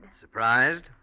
Surprised